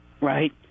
right